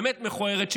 באמת מכוערת.